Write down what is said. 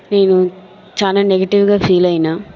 నేను చాలా నెగటివ్ గా ఫీల్ అయిన